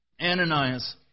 Ananias